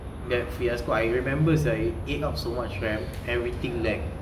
that fiasco I remember sia it ate up so much RAM everything lag